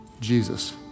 Jesus